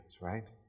Right